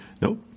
Nope